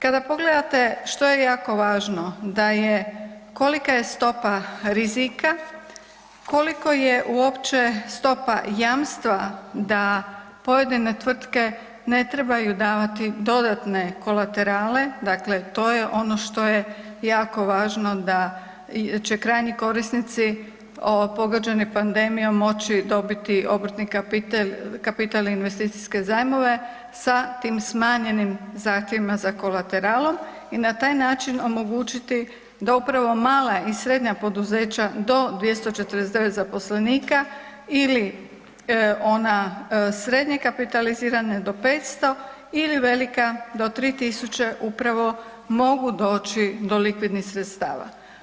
Kada pogledate što je jako važno, da je, kolika je stopa rizika, koliko je uopće stopa jamstva da pojedine tvrtke ne trebaju davati dodatne kolaterale, dakle to je ono što je jako važno da će krajnji korisnici pogođeni pandemijom moći dobiti obrtni kapital, kapital i investicijske zajmove sa tim smanjenim zahtjevima za kolateralom i na taj način omogućiti da upravo mala i srednja poduzeća do 249 zaposlenika ili ona srednje kapitalizirana do 500 ili velika do 3000 upravo mogu doći do likvidnih sredstava.